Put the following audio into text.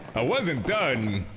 i wasn't done.